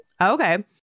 Okay